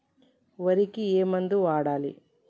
వరికి ఏ మందు వాడాలి?